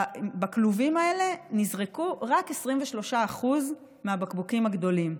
בכלובים האלה נזרקו רק 23% מהבקבוקים הגדולים.